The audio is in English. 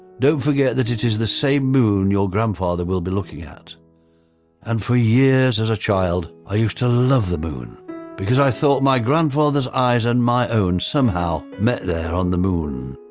don't forget that it is the same moon your grandfather will be looking at and for years as a child i used to love the moon because i thought my grandfather's eyes and my own somehow met there on the moon.